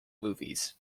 movies